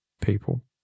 people